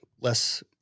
less